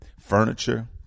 furniture